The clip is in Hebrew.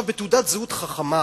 בתעודת זהות חכמה